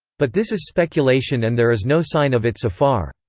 but this is speculation and there is no sign of it so far.